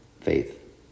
faith